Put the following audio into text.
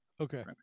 Okay